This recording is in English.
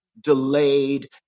delayed